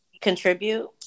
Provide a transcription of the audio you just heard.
contribute